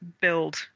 build